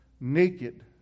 naked